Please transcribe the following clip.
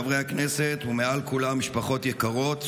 חברי הכנסת ומעל כולם משפחות יקרות,